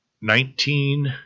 Nineteen